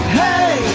hey